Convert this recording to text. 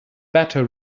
better